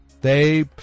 They-